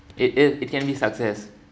it it it can be success